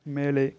மேலே